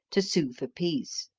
to sue for peace.